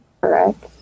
Correct